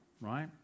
right